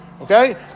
Okay